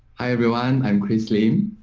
i everyone i'm grizzly